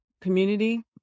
community